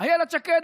אילת שקד,